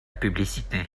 publicité